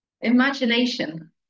imagination